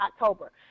October